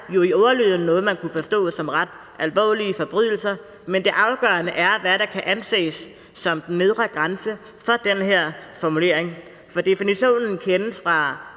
i ordlyden noget, man kunne forstå som ret alvorlige forbrydelser. Men det afgørende er, hvad der kan anses som den nedre grænse for den her formulering. For definitionen kendes fra